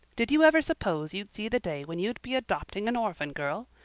did you ever suppose you'd see the day when you'd be adopting an orphan girl?